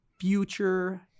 future